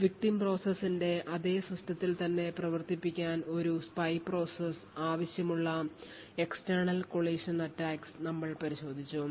Victim പ്രോസസ്സിന്റെ അതേ സിസ്റ്റത്തിൽ തന്നെ പ്രവർത്തിപ്പിക്കാൻ ഒരു സ്പൈ പ്രോസസ്സ് ആവശ്യമുള്ള external collision attacks നമ്മൾ പരിശോധിച്ചു